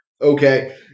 okay